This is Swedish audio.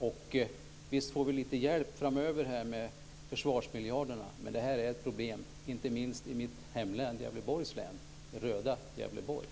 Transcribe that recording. Visst får vi lite hjälp framöver med försvarsmiljarderna. Men det här är ett problem, inte minst i mitt hemlän Gävleborgs län; det röda